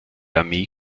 armee